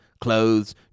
Clothes